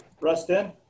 Rustin